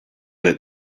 let